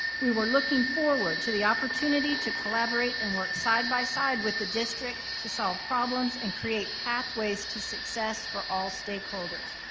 we were looking forward to the opportunity to collaborate and work side-by-side with the district to solve problems and create pathways to success for all stakeholders.